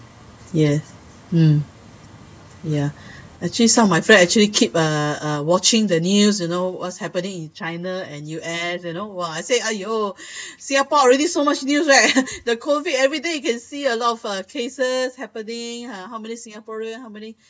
yes um ya actually some of my friend actually keep uh uh uh watching the news you know what's happening in china and U_S you know !wah! I say !aiyo! singapore already so much news right the COVID everyday you can see a lot of uh cases happening uh how many singaporeans how many